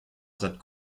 zad